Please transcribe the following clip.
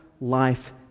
life